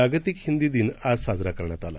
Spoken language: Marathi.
जागतिक हिंदी दिन आज साजरा करण्यात आला